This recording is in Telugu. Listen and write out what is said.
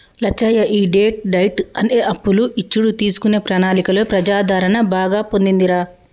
లచ్చయ్య ఈ డెట్ డైట్ అనే అప్పులు ఇచ్చుడు తీసుకునే ప్రణాళికలో ప్రజాదరణ బాగా పొందిందిరా